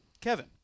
Kevin